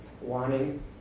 wanting